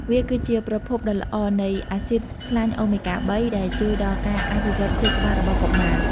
វាគឺជាប្រភពដ៏ល្អនៃ អាស៊ីតខ្លាញ់អូមេហ្គា ៣ ដែលជួយដល់ការអភិវឌ្ឍខួរក្បាលរបស់កុមារ។